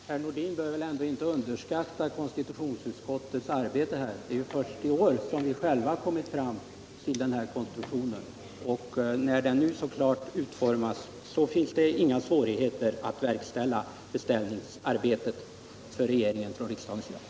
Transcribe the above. Herr talman! Herr Nordin bör väl ändå inte underskatta konstitutionsutskottets arbete. Det är ju först i år som vi själva kommit fram till den här konstruktionen. När den nu så klart utformats finns det inga svårigheter för regeringen att verkställa beställningsarbetet från riksdagens sida.